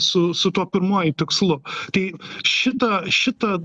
su su tuo pirmuoju tikslu tai šitą šitą